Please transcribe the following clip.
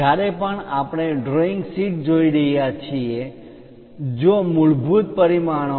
જ્યારે પણ આપણે ડ્રોઈંગ શીટ જોઈ રહ્યા છીએ જો મૂળભૂત પરિમાણો